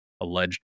alleged